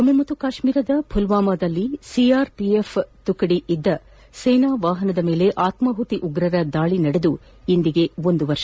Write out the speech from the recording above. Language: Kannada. ಜಮ್ಮು ಕಾಶ್ಮೀರದ ಪುಲ್ಲಾಮಾದಲ್ಲಿ ಸಿಆರ್ಪಿಎಫ್ ತುಕಡಿಯಿದ್ದ ಸೇನಾ ವಾಹನದ ಮೇಲೆ ಆತ್ಮಾಹುತಿ ಉಗ್ರರ ದಾಳಿ ನಡೆದು ಇಂದಿಗೆ ಒಂದು ವರ್ಷ